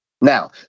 Now